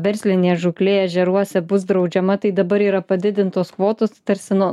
verslinė žūklė ežeruose bus draudžiama tai dabar yra padidintos kvotos tarsi nu